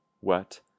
wet